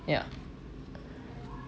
ya